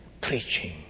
preaching